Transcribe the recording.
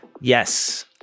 Yes